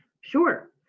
sure